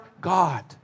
God